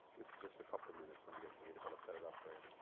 this is just a couple of minutes when i get to read it, but i'll set it up for you.